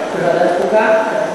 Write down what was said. לוועדת חוקה.